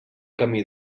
camí